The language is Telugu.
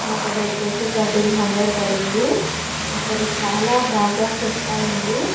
నాకు అది వచ్చి థర్టీన్ హండ్రెడ్ పడింది నాకు అది చాలా బాగా సెట్ అయింది